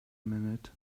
minute